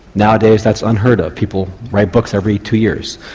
nowadays that's unheard of people write books every two years.